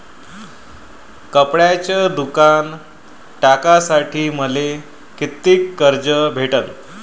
कपड्याचं दुकान टाकासाठी मले कितीक कर्ज भेटन?